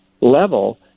level